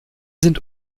sind